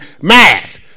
Math